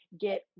get